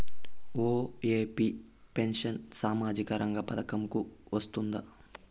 OAP pension సామాజిక రంగ పథకం కు వస్తుందా?